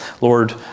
Lord